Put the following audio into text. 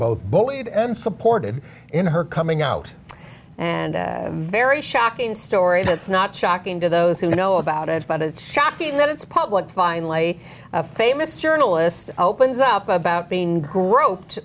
both bullied and supported in her coming out and very shocking story that's not shocking to those who know about it but it's shocking that it's public finally a famous journalist opens up about being groped